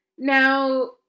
Now